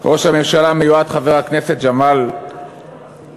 ראש הממשלה המיועד חבר הכנסת ג'מאל זחאלקה,